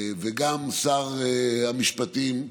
וגם שר המשפטים,